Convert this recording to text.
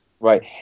Right